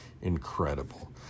Incredible